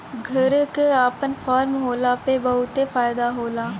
घरे क आपन फर्म होला पे बहुते फायदा होला